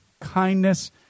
kindness